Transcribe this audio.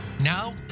Now